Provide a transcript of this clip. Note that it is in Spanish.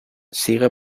sigue